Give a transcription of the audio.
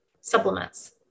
supplements